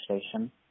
station